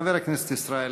חבר הכנסת ישראל אייכלר.